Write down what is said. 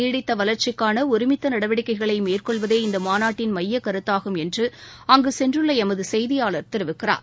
நீடித்தவளா்ச்சிக்கானஒருமித்தநடவடிக்கைகளைமேற்கொள்வதே இந்தமாநாட்டின் மையக் கருத்தாகும் என்றுஅங்குசென்றுள்ளஎமதுசெய்தியாளர் தெரிவிக்கிறார்